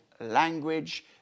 language